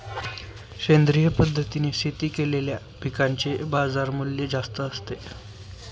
सेंद्रिय पद्धतीने शेती केलेल्या पिकांचे बाजारमूल्य जास्त असते